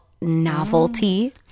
Novelty